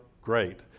great